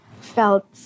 felt